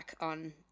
on